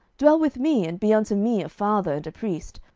dwell with me, and be unto me a father and a priest,